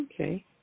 Okay